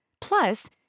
Plus